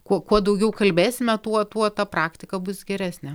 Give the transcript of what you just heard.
kuo kuo daugiau kalbėsime tuo tuo ta praktika bus geresnė